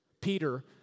Peter